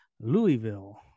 louisville